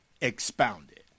expounded